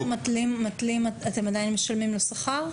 האם כשאתם מתלים אתם עדיין משלמים לו שכר?